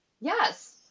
Yes